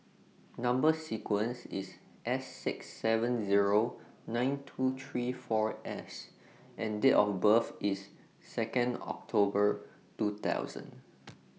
Number sequence IS S six seven Zero nine two three four S and Date of birth IS Second October two thousand